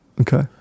Okay